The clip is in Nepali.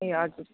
ए हजुर